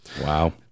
Wow